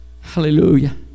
Hallelujah